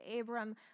Abram